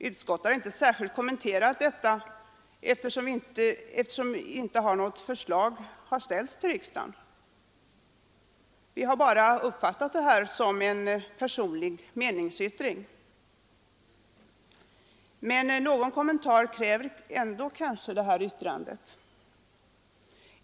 Utskottet har inte särskilt kommenterat det uttalandet, eftersom något förslag inte har framställts till riksdagen. Vi har bara uppfattat detta uttalande som en personlig meningsyttring, men det kräver kanske någon kommentar.